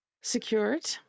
secured